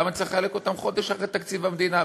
למה צריך לחלק אותם חודש אחרי תקציב המדינה?